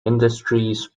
industries